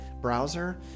browser